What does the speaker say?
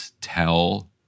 tell